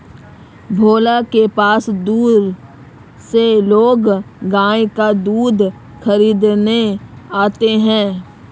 भोला के पास दूर से लोग गाय का दूध खरीदने आते हैं